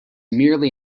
merely